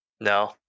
No